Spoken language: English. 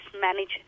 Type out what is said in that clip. manage